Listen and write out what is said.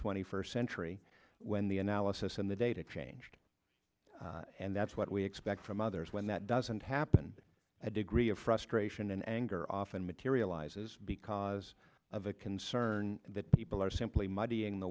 twenty first century when the analysis and the data changed and that's what we expect from others when that doesn't happen a degree of frustration and anger often materializes because of a concern that people are simply muddying the